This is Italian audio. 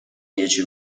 dieci